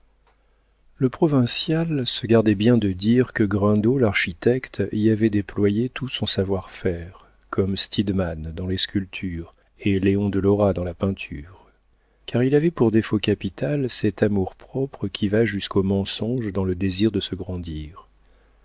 le provincial se gardait bien de dire que grindot l'architecte y avait déployé tout son savoir-faire comme stidmann dans les sculptures et léon de lora dans la peinture car il avait pour défaut capital cet amour-propre qui va jusqu'au mensonge dans le désir de se grandir